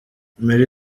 merry